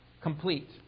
complete